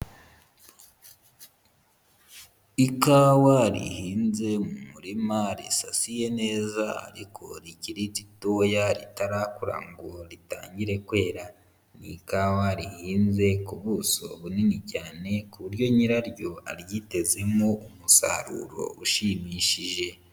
Ikawa rihinze murima risasiye neza, ariko rikiri ritoya ritarakura ngo ritangire kwera, n'ikawa rihinze ku buso bunini cyane, ku buryo nyiraryo aryitezemo umusaruro ushimishije.